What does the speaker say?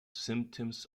symptoms